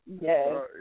Yes